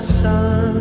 sun